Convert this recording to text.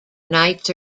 nights